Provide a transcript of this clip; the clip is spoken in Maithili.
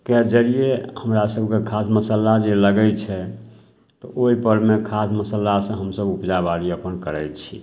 के जरिए हमरासभके खाद मसल्ला जे लगै छै तऽ ओहिपरमे खाद मसल्लासे हमसभ उपजा बाड़ी अपन करै छी